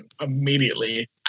immediately